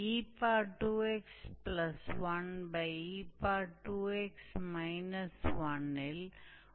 तो हमारा a 1 है b 2 तब है 𝑑𝑦𝑑𝑥 की हमने समीकरण 1 में पहले ही गणना कर ली है